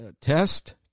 test